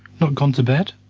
not gone to bed?